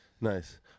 nice